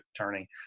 attorney